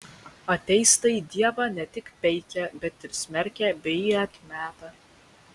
ateistai dievą ne tik peikia bet ir smerkia bei atmeta